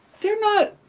they're not,